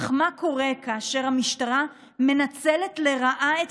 אך מה קורה כאשר המשטרה מנצלת לרעה את